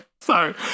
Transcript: sorry